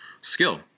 skill